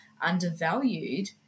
undervalued